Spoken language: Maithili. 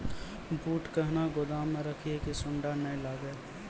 बूट कहना गोदाम मे रखिए की सुंडा नए लागे?